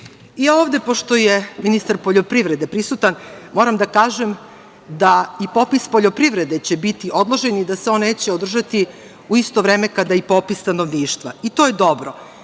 uopšte. Pošto je ministar poljoprivrede ovde prisutan, moram da kažem da i popis poljoprivrede će biti odložen i da se on neće održati u isto vreme kada i popis stanovništva, i to je dobro,